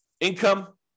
Income